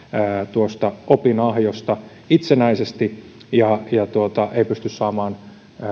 opinahjosta itsenäisesti ja ei pysty saamaan välttämättä